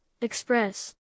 Express